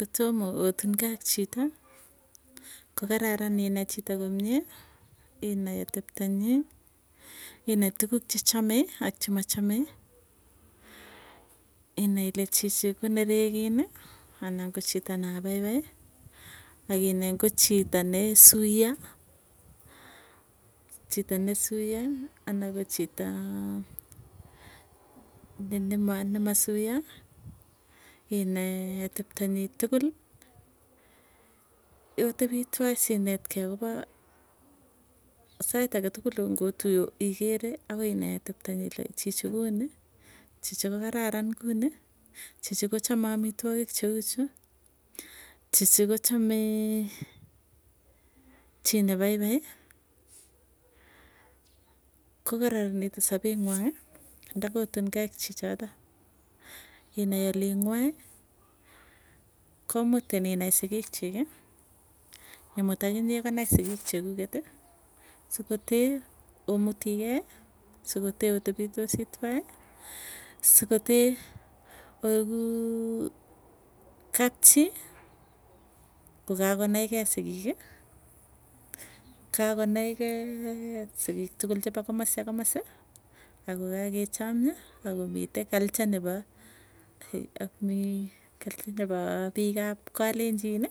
Kotoma otungei ak chito ko kararan inai chito komie inai atepto nyi inai tuguk che chame ak che machame inai ile chichinko neregin anan kochito ne paipai ak inai ngo chito ne suiyo anan ko chito ne masuiyo inai atepto nyi tugul otepi tuwai sinetkei atepto nyi tugul sait age tugul ngo tuiye igere agoi inai atepto nyi ile chichi ko u ni chichi ko gararan kuni chichi ko chame amitwogik che u chu chichi ko0 chame chi ne paipai ko kararanitu sapengwong ye kotun gei ak chi chotok inai olinywa komutin inai sikik chik imut akinye konai sigik cheguk sikote omuti gei sikote oteptosi tuwai sikote oegu kapchi ko kakonai gei sigik tugul chepo komasi ak komasi ago kagechomio akomitei culture nebo piik ap kalenjin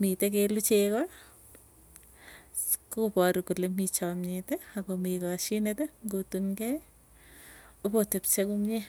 mitei kelu chego koparu kole mitei chomiet akomi koshinet ngotun kei ipotepchei komie